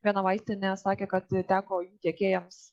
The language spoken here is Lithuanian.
viena vaistinė sakė kad teko tiekėjams